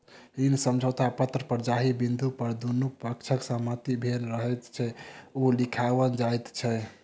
ऋण समझौता पत्र पर जाहि बिन्दु पर दुनू पक्षक सहमति भेल रहैत छै, से लिखाओल जाइत छै